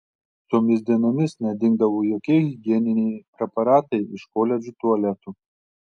tomis dienomis nedingdavo jokie higieniniai preparatai iš koledžo tualetų